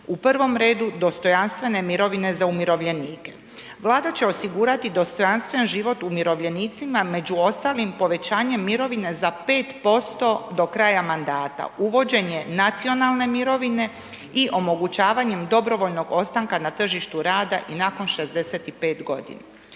U prvom redu, dostojanstvene mirovine za umirovljenike. Vlada će osigurati dostojanstven život umirovljenicima, među ostalim, povećanje mirovine za 5% do kraja mandata, uvođenje nacionalne mirovine i omogućavanjem dobrovoljnog ostanka na tržištu rada i nakon 65 godina.